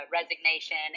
resignation